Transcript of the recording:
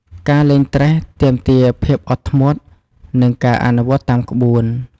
ការលេងត្រេះទាមទារភាពអត់ធ្មត់ និងការអនុវត្តតាមក្បួន។